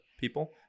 people